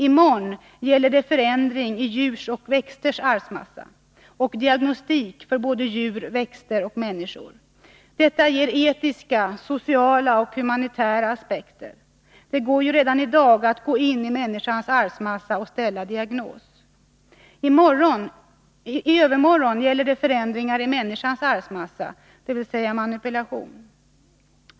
I morgon gäller det förändring i djurs och växters arvsmassa och diagnostik för djur, växter och människor. Detta ger etiska, sociala och humanitära aspekter. Det går ju redan i dag att gå in i människans arvsmassa och ställa diagnos. I övermorgon gäller det förändringar i människans arvsmassa, dvs. manipulation.